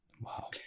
Wow